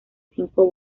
cinco